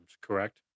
correct